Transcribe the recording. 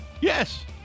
Yes